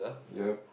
yup